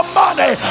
money